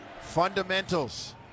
fundamentals